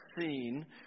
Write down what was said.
seen